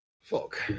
Fuck